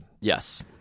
Yes